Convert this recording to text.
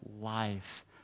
life